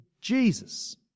Jesus